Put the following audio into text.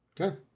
Okay